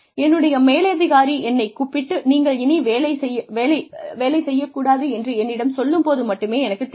என்னுடைய மேலதிகாரி என்னைக் கூப்பிட்டு நீங்கள் இனி வேலைக் கூடாது என்று என்னிடம் சொல்லும் போது மட்டுமே எனக்குத் தெரியும்